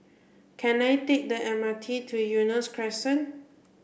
can I take the M R T to Eunos Crescent